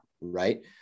right